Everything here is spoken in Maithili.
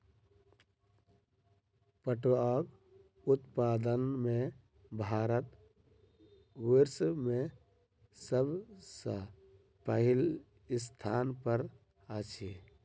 पटुआक उत्पादन में भारत विश्व में सब सॅ पहिल स्थान पर अछि